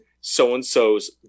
so-and-so's